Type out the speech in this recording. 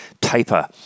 taper